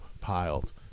piled